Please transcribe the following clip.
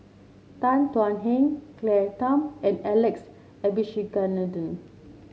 Tan Thuan Heng Claire Tham and Alex Abisheganaden